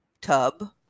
tub